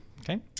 Okay